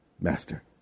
master